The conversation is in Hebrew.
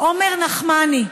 עומר נחמני,